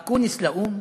אקוניס לאו"ם,